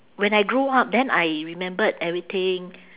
when I grow up then I remembered everything